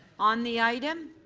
on the item